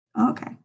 Okay